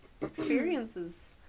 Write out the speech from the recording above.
experiences